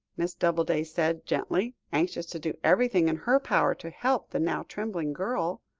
miss doubleday said gently, anxious to do everything in her power to help the now trembling girl.